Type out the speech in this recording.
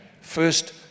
First